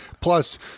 Plus